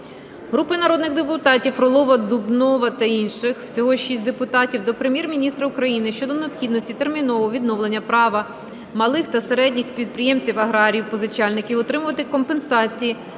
Групи народних депутатів (Фролова, Дубнова та інших, всього 6 депутатів) до Прем'єр-міністра України щодо необхідності термінового відновлення права малих та середніх підприємців-аграріїв-позичальників отримувати компенсації